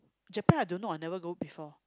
Japan I don't know I never go before